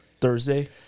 Thursday